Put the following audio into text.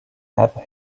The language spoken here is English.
have